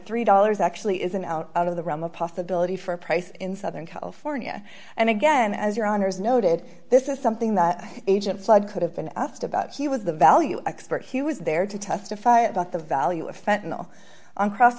three dollars actually isn't out of the realm of possibility for a price in southern california and again as your honour's noted this is something that agent side could have been asked about he was the value expert he was there to testify about the value of fentanyl on cross